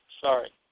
Sorry